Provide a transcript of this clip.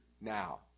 now